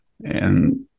and-